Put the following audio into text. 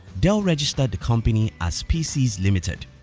dell registered the company as pc's limited.